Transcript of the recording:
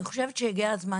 אני חושבת שהגיע הזמן,